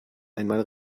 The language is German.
einmal